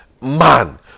man